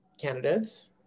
candidates